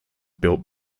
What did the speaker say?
built